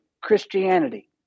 Christianity